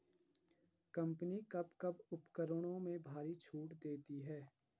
Company कब कब उपकरणों में भारी छूट देती हैं?